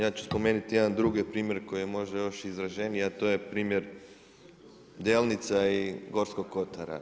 Ja ću spomenuti jedan drugi primjer koji je možda još izraženiji a to je primjer Delnica i Gorskog Kotara.